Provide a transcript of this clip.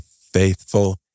faithful